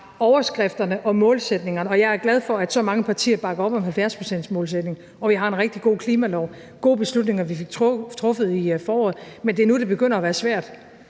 overskrifterne og målsætningerne. Jeg er glad for, at så mange partier bakker op om 70-procentsmålsætningen, og at vi har en rigtig god klimalov. Det var gode beslutninger, vi fik truffet i foråret, men det er nu, at det begynder at være svært,